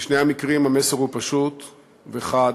בשני המקרים המסר הוא פשוט וחד: